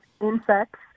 insects